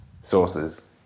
sources